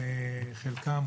חלקם,